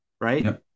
Right